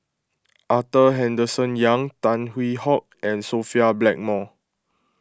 Arthur Henderson Young Tan Hwee Hock and Sophia Blackmore